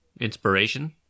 Inspiration